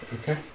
Okay